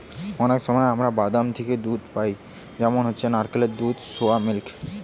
অনেক সময় আমরা বাদাম থিকে দুধ পাই যেমন হচ্ছে নারকেলের দুধ, সোয়া মিল্ক